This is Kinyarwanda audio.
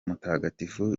mutagatifu